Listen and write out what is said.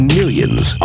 millions